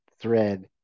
thread